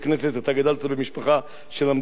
אתה גדלת במשפחה שלמדו בה תנ"ך,